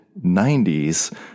90s